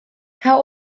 how